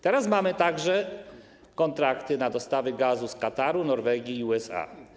Teraz mamy także kontrakty na dostawy gazu z Kataru, Norwegii i USA.